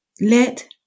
let